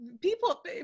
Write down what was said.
people